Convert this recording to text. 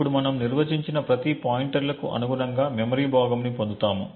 ఇప్పుడు మనం నిర్వచించిన ప్రతి పాయింటర్లకు అనుగుణంగా మెమరీ భాగం ని పొందుతాము